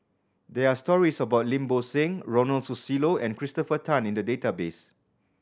there are stories about Lim Bo Seng Ronald Susilo and Christopher Tan in the database